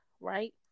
right